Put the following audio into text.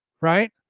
Right